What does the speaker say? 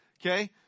okay